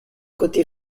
côté